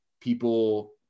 people